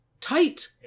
tight